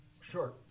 Sure